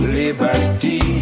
liberty